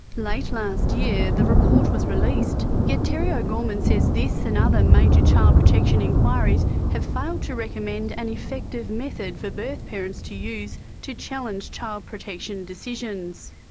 late last year the report was released. yet terry o'gorman says this and other major child protection inquiries have failed to recommend an effective method for birth parents to use to challenge child protection decisions.